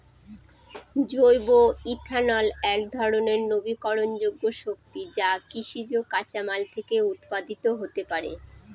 জৈব ইথানল একধরনের নবীকরনযোগ্য শক্তি যা কৃষিজ কাঁচামাল থেকে উৎপাদিত হতে পারে